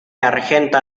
argenta